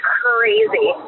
crazy